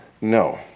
No